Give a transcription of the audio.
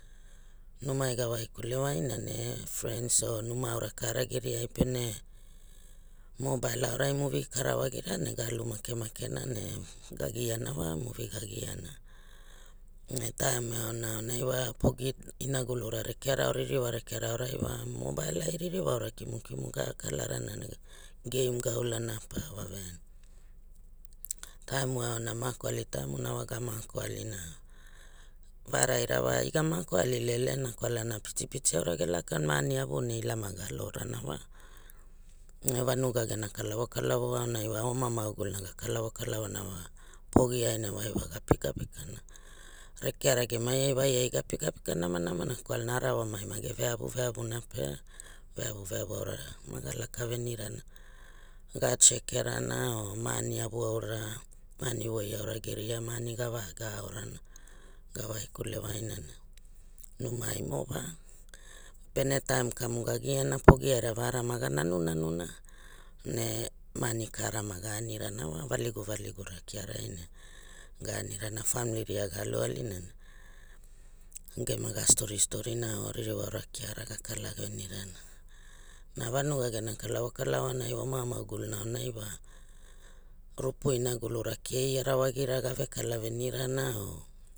Numai ga waikule waina ne frens or raira kara geriai pene mobile aurai movie kara wa gira ne ga alu makemake na ne ga giana wa movie ga giana ne taim e aonai wapogi inagulura rekeara or ririwa rekeara aurai wa mobileai ririwa aura kimukim ga kalarana ne gave gavulana pa wa veaina taimu e aona mako ali taimuna wa ga mako alina varaira wa aiga mako ali lelena kualana pitipiti aura ge lakana ma ani avu ne ua maga alorana wa ne vanuga gena kalavo kalavo aunai ua onia ma guguluna ga kalova kalavo na wa pogi aina wa aiga pikapika na rekeara geria ai wa aigo pikapika namana na kwalana arawamai ma geve veavu veavu na pe veavu veavu aura na maga laka venirana ga cheke rana or ma ani alu aura ma ani voi aura geria va ani gava ga aorana ga waikle waina ne numai mo wa penetaim kamu ga giana pogi aira varama ga nanunanu na ne ma ani kara ma ga anirana wa valigu valigu ra karai ne ga anirana famili ria ga aluai na ne gema ga stori stori na or ririwa aura kiara ga kala venirana na vanuga gena kalavo kalavo aunai wa oma ma guguluna wa rupu inagulra keira wa gira gave kala venirana o.